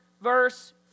verse